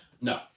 No